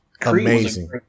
Amazing